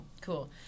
cool